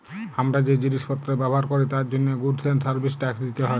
হামরা যে জিলিস পত্র ব্যবহার ক্যরি তার জন্হে গুডস এন্ড সার্ভিস ট্যাক্স দিতে হ্যয়